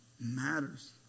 matters